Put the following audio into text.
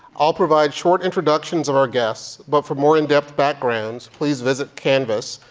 i'll provide short introductions of our guests, but for more in depth backgrounds, please visit canvass,